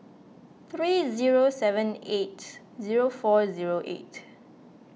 three zero seven eight zero four zero eight